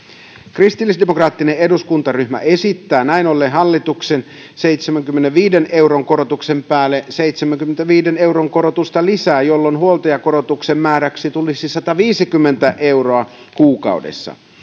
kristillisdemokraattinen eduskuntaryhmä esittää näin ollen hallituksen seitsemänkymmenenviiden euron korotuksen päälle seitsemänkymmenenviiden euron korotusta lisää jolloin huoltajakorotuksen määräksi tulisi sataviisikymmentä euroa kuukaudessa